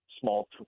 small